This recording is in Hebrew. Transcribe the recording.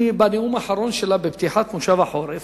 בנאום האחרון שלה, בפתיחת כנס החורף,